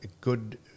good